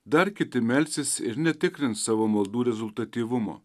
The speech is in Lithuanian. dar kiti melsis ir netikrins savo maldų rezultatyvumo